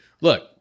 look